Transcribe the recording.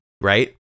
right